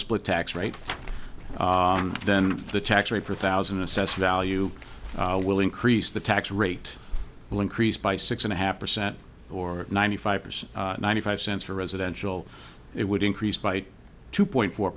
split tax rate then the tax rate for thousand assessed value will increase the tax rate will increase by six and a half percent or ninety five percent ninety five cents for residential it would increase by two point four